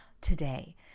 today